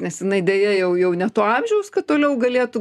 nes jinai deja jau jau ne to amžiaus kad toliau galėtų